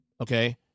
Okay